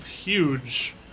huge